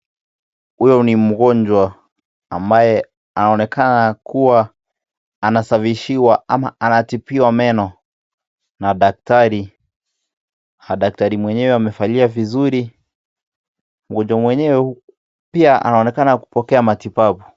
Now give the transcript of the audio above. Huyu ni mgonjwa ambaye anaonekana kuwa anasafishiwa ama anatibiwa meno na daktari na daktari mwenyewe amevalia vizuri, mgonjwa mwenyewe pia anaonekana kupokea matibabu.